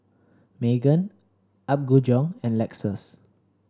Megan Apgujeong and Lexus